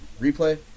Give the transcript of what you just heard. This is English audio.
replay